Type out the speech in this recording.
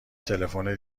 تلفن